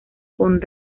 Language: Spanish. con